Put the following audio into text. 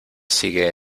sigue